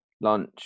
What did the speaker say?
lunch